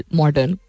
modern